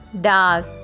dark